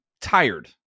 tired